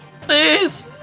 Please